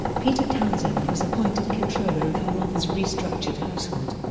peter townsend was appointed comptroller of her mother's restructured household.